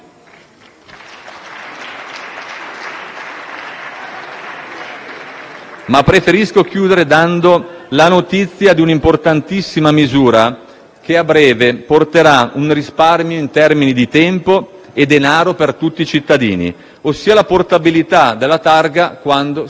preferisco concludere dando la notizia di un'importantissima misura che a breve porterà un risparmio in termini di tempo e denaro per tutti i cittadini, ossia la portabilità della targa quando si cambia auto: un fatto normale - mi pare di sì